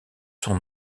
son